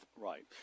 Right